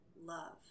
love